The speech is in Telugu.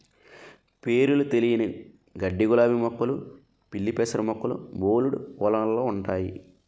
పేరులు తెలియని గడ్డిగులాబీ మొక్కలు పిల్లిపెసర మొక్కలు బోలెడు పొలాల్లో ఉంటయి